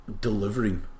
delivering